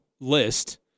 list